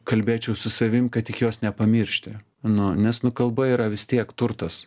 kalbėčiau su savim kad tik jos nepamiršti nu nes nu kalba yra vis tiek turtas